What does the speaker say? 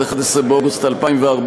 11 באוגוסט 2014,